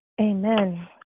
Amen